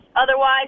Otherwise